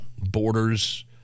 borders